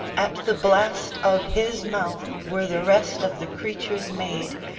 at the blast of his mouth were the rest of the creatures made,